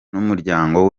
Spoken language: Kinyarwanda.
n’umuryango